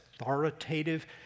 authoritative